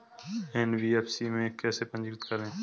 NBFC में कैसे पंजीकृत करें?